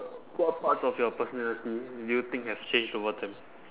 uh what parts of your personality do you think have changed over time